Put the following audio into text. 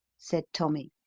said tommy.